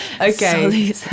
Okay